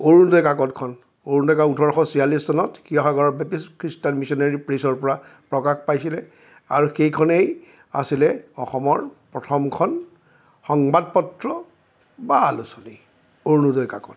অৰুণোদয় কাকতখন অৰুণোদয় কাকত ওঠৰশ ছিয়াল্লিছ চনত শিৱসাগৰৰ বেপ্টিষ্ট খ্ৰীষ্টান মিছনেৰী প্ৰেছৰপৰা প্ৰকাশ পাইছিলে আৰু সেইখনেই আছিলে অসমৰ প্ৰথমখন সংবাদপত্ৰ বা আলোচনী অৰুণোদয় কাকত